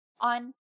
on